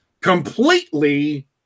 Completely